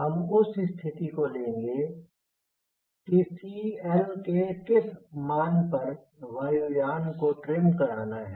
हम उस स्थिति को लेंगे कि CL के किस किस मान पर वायु यान को ट्रिम कराना है